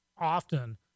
often